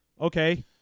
Okay